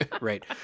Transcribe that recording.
Right